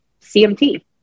CMT